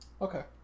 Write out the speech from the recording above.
Okay